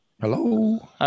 Hello